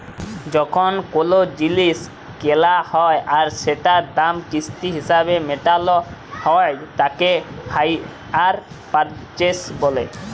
যখন কোলো জিলিস কেলা হ্যয় আর সেটার দাম কিস্তি হিসেবে মেটালো হ্য়য় তাকে হাইয়ার পারচেস বলে